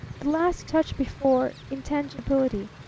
the last touch before intangibility!